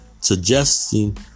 suggesting